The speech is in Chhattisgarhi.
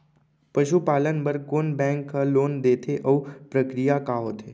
पसु पालन बर कोन बैंक ह लोन देथे अऊ प्रक्रिया का होथे?